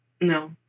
No